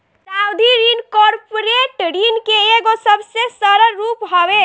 सावधि ऋण कॉर्पोरेट ऋण के एगो सबसे सरल रूप हवे